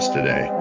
today